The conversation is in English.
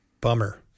Bummer